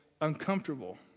uncomfortable